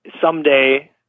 someday